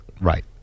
Right